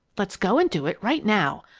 let's go and do it right now.